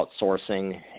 outsourcing